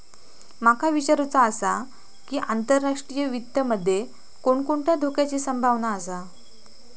माका विचारुचा आसा की, आंतरराष्ट्रीय वित्त मध्ये कोणकोणत्या धोक्याची संभावना आसा?